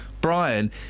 Brian